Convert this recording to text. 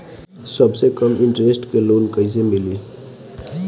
सबसे कम इन्टरेस्ट के लोन कइसे मिली?